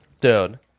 dude